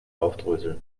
aufdröseln